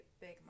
big